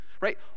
Right